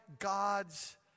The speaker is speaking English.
God's